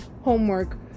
homework